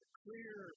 clear